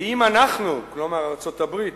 ואם אנחנו" כלומר ארצות-הברית,